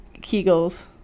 kegels